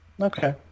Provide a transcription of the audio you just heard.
Okay